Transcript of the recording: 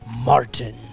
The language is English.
Martin